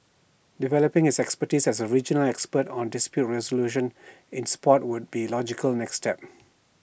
developing its expertise as A regional expert on dispute resolution in Sport would be logical next step